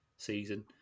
season